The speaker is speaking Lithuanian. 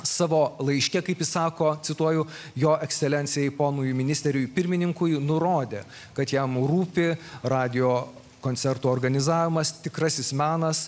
savo laiške kaip jis sako cituoju jo ekscelencijai ponui ministeriui pirmininkui nurodė kad jam rūpi radijo koncertų organizavimas tikrasis menas